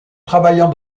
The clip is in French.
travaillant